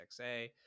XA